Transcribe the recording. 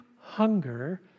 hunger